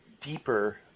deeper